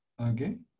okay